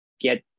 get